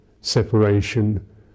separation